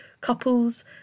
couples